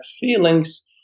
feelings